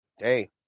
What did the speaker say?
hey